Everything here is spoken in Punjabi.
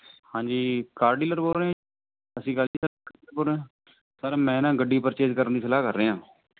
ਹਾਂਜੀ ਕਾਰ ਡੀਲਰ ਬੋਲ ਰਹੇ ਹੋ ਜੀ ਸਤਿ ਸ਼੍ਰੀ ਅਕਾਲ ਜੀ ਸਰ ਮੈਂ ਨਾ ਗੱਡੀ ਪਰਚੇਜ਼ ਕਰਨ ਦੀ ਸਲਾਹ ਕਰ ਰਿਹਾ